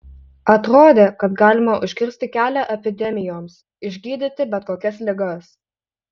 atrodė kad galima užkirsti kelią epidemijoms išgydyti bet kokias ligas